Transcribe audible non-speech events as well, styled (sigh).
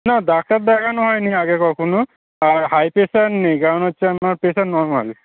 না (unintelligible) দেখানো হয় নি আগে কখনও আর হাই প্রেশার নেই কারণ হচ্ছে আমার প্রেশার নর্মাল